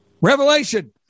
Revelation